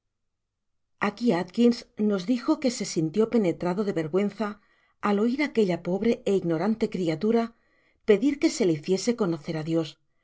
aqui atkins nos dijo que se sintió penetrado de vergüenza ál oir aquella pobre é ignorante criatura pedir que se le hiciese conocer á dios